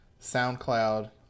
SoundCloud